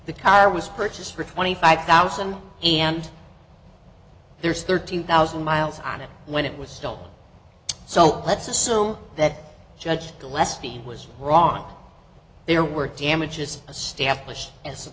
the car was purchased for twenty five thousand and there's thirteen thousand miles on it when it was stolen so let's assume that judge gillespie was wrong there were damages